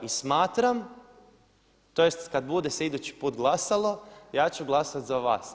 I smatram, tj. kada bude se idući put glasalo ja ću glasati za vas.